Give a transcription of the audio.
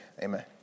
Amen